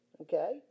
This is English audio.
okay